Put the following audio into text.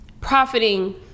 profiting